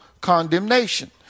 condemnation